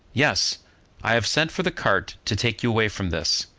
yes i have sent for the cart to take you away from this,